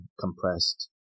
compressed